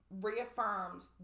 reaffirms